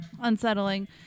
unsettling